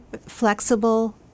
flexible